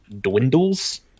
dwindles